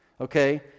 Okay